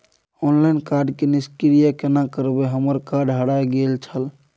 Online card के निष्क्रिय केना करबै हमर कार्ड हेराय गेल छल?